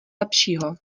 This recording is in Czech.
lepšího